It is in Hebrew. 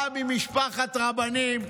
בא ממשפחת רבנים,